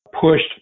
pushed